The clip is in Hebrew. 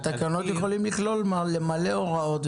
התקנות יכולות לכלול למלא הוראות,